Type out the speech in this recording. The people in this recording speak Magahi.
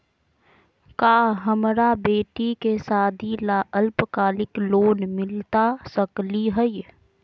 का हमरा बेटी के सादी ला अल्पकालिक लोन मिलता सकली हई?